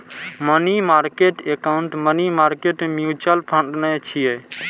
money market account money market mutual fund नै छियै